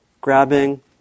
grabbing